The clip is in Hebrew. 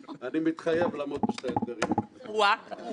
חנין דיבר על היותה של הכנסת לא רק רשות מחוקקת,